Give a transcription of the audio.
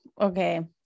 Okay